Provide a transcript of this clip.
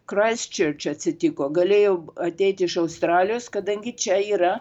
kraisčerče atsitiko galėjau ateiti iš australijos kadangi čia yra